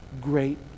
great